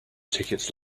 tickets